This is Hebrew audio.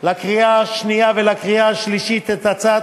לקריאה השנייה ולקריאה השלישית את הצעת